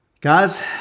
guys